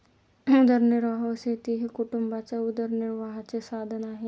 उदरनिर्वाह शेती हे कुटुंबाच्या उदरनिर्वाहाचे साधन आहे